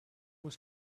was